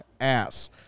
ass